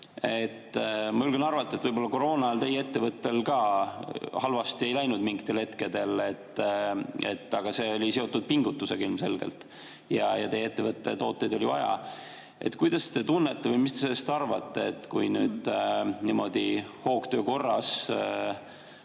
Ma julgen arvata, et koroona ajal teie ettevõttel ka halvasti ei läinud mingitel hetkedel, aga see oli ilmselgelt seotud pingutusega ja teie ettevõtte tooteid oli vaja. Kuidas te tunnete või mis te sellest arvate, kui nüüd niimoodi hoogtöö korras